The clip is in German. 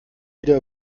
wieder